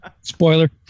Spoiler